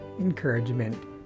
encouragement